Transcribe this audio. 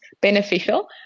beneficial